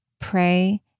pray